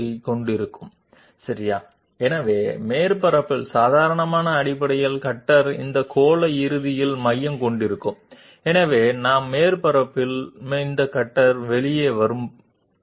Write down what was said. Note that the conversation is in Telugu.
కాబట్టి సర్ఫేస్ నుండి నార్మల్ తప్పనిసరిగా కట్టర్ యొక్క ఈ స్పెరికల్ ఎండ్ యొక్క కేంద్రాన్ని కలిగి ఉంటుంది కాబట్టి సర్ఫేస్ యొక్క ఈ బిందువు వద్ద వెలువడే ఈ నార్మల్ చూపిన ఈ కేంద్రం గుండా వెళుతుందని మేము అర్థం చేసుకున్నాము కాబట్టి మేము వీటిని ఉపయోగించుకుంటాము